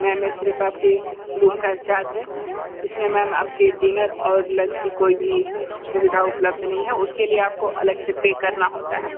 ma'am ये सिर्फ़ आप के रूम का चार्ज है इस में मैम आपके डिनर और लंच की कोई भी सुविधा उपलब्ध नहीं है उसके लिए आपको अलग से पे करना होता है